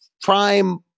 prime